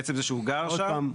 עצם זה שהוא גר שם --- עוד פעם.